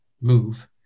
move